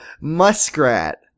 muskrat